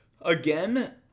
Again